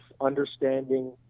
understanding